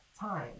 time